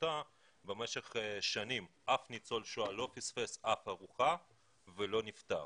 עמותה במשך שנים אף ניצול שואה לא פספס אף ארוחה ולא נפטר,